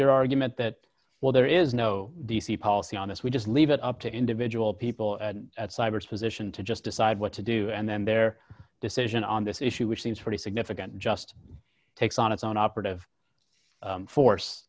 your argument that while there is no d c policy on this we just leave it up to individual people at cyber position to just decide what to do and then their decision on this issue which seems pretty significant just takes on its own operative force